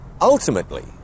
Ultimately